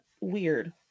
weird